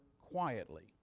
quietly